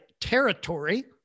territory